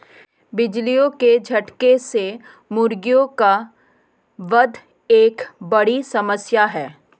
बिजली के झटके से मुर्गियों का वध एक बड़ी समस्या है